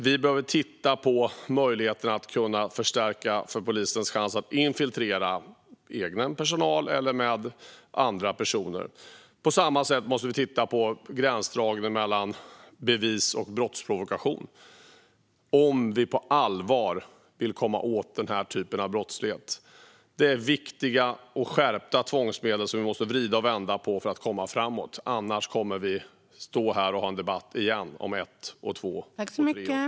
Vi behöver titta på möjligheterna att förstärka polisens chans att infiltrera med egen personal eller med andra personer. På samma sätt måste vi titta på gränsdragningen mellan bevis och brottsprovokation om vi på allvar vill komma åt den här typen av brottslighet. Vi måste vrida och vända på viktiga och skärpta tvångsmedel för att komma framåt. Annars kommer vi att stå här och ha en debatt igen om ett, två och tre år.